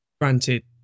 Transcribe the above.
Granted